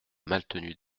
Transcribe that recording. maltenu